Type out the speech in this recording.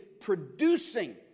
producing